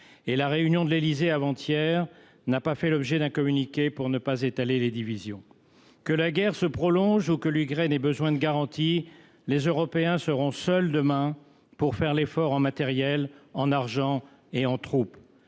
La réunion de l’Élysée avant hier n’a pas fait l’objet d’un communiqué pour ne pas étaler les divisions. Que la guerre se prolonge ou que l’Ukraine ait besoin de garanties, les Européens seront seuls demain pour consentir l’effort, en matériel, en argent et en troupes.